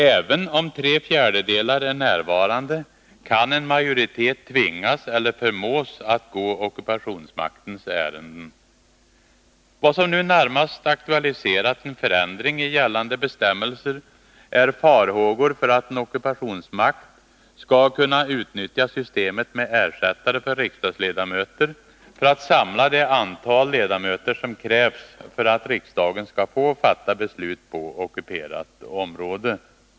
Även om tre fjärdedelar är närvarande kan en majoritet tvingas eller förmås att gå ockupationsmaktens ärenden. Vad som nu närmast aktualiserat en förändring i gällande bestämmelser är farhågor för att en ockupationsmakt skall kunna utnyttja systemet med ersättare för riksdagsledamöter för att samla det antal ledamöter som krävs för att riksdagen skall få fatta beslut på ockuperat område.